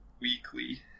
weekly